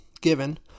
given